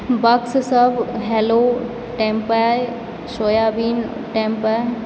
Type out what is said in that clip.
box सब hello tempeh soybean tempeh